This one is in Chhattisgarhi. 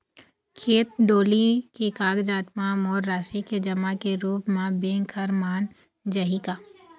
खेत डोली के कागजात म मोर राशि के जमा के रूप म बैंक हर मान जाही का?